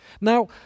Now